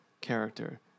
character